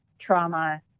trauma